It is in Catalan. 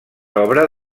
obra